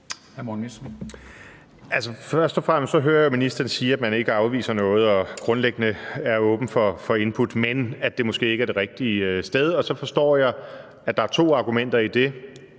Først og fremmest hører jeg ministeren sige, at man ikke afviser noget og grundlæggende er åben for input, men at det måske ikke er det rigtige sted, og så forstår jeg, at der er to argumenter i det.